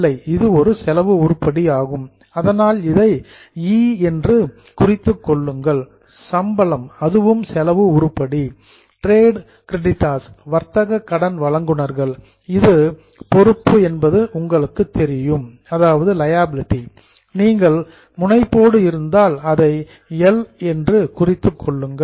இல்லை இது ஒரு செலவு உருப்படி ஆகும் அதனால் அதை ஈ என்று குறித்துக் கொள்ளுங்கள் சம்பளம் அதுவும் செலவு உருப்படி டிரேட் கிரடிட்டர்ஸ் வர்த்தக கடன் வழங்குநர்கள் இது லியாபிலிடி பொறுப்பு என்பது உங்களுக்குத் தெரியும் நீங்கள் முனைப்போடு இருந்தால் அதை எல் என்று குறித்துக் கொள்ளுங்கள்